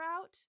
out